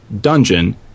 dungeon